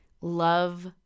love